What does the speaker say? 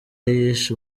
yishe